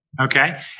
Okay